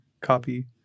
copy